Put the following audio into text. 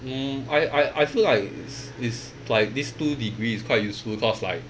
mm I I I feel like it's it's like these two degree is quite useful because like